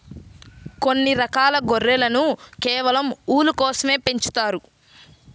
కొన్ని రకాల గొర్రెలను కేవలం ఊలు కోసమే పెంచుతారు